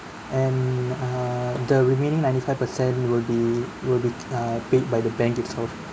and err the remaining ninety five per cent will be will be uh paid by the bank itself